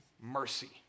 mercy